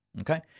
Okay